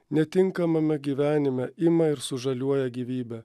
netinkamame gyvenime ima ir sužaliuoja gyvybė